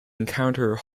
encounter